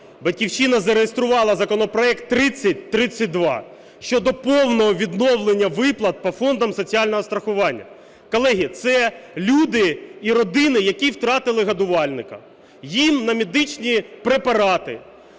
"Батьківщина" зареєструвала законопроект 3032 щодо повного відновлення виплат по Фонду соціального страхування. Колеги, це люди і родини, які втратили годувальника, їм на медичні препарати,